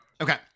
Okay